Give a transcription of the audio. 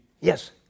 Yes